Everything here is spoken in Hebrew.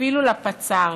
אפילו לפצ"ר.